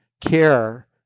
care